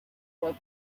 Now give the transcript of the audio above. local